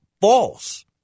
false